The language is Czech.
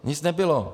Nic nebylo.